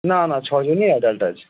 না না ছ জনই অ্যাডাল্ট আছি